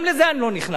גם לזה אני לא נכנס.